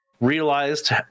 realized